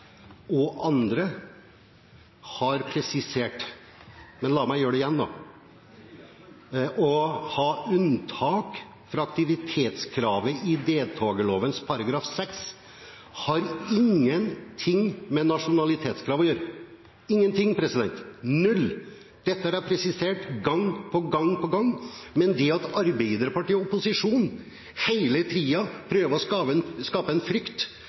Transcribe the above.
og andre har presisert dette – men la meg gjøre det igjen: Å ha unntak fra aktivitetskravet i deltakerloven § 6 har ingenting med nasjonalitetskrav å gjøre – ingenting. Null. Dette har jeg presisert gang på gang på gang. Men det at Arbeiderpartiet og opposisjonen hele tiden prøver å skape en frykt